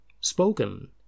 spoken